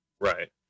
Right